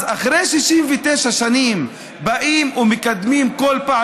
אז אחרי 69 שנים באים ומקדמים כל פעם,